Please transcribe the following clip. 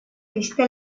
lista